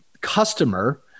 customer